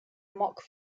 mock